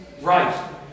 Right